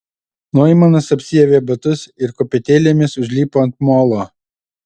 noimanas apsiavė batus ir kopėtėlėmis užlipo ant molo